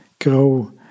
grow